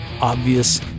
obvious